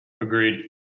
Agreed